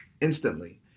instantly